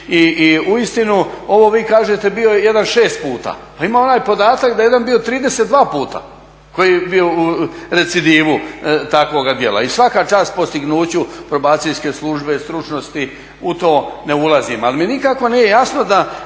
i uistinu ovo vi kažete bio je jedan 6 puta. Pa ima onaj podatak da je jedan bio 32 puta koji je bio u recidivu takvoga djela. I svaka čast postignuću Probacijske službe, stručnosti, u to ne ulazim. Ali mi nikako nije jasno da